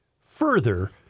further